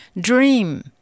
Dream